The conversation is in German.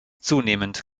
zunehmend